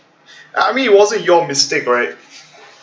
I mean it wasn't your mistake right